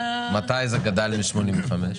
מתי זה גדל ל-85,000?